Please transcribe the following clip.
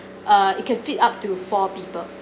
uh it can fit up to four people